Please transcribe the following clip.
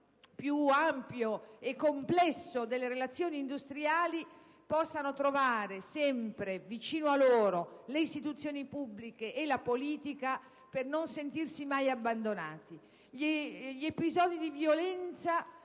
più ampio e complesso delle relazioni industriali, possa trovare sempre vicino a sé le istituzioni pubbliche e la politica, per non sentirsi mai abbandonato. Gli episodi di violenza